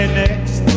next